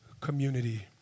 community